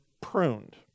pruned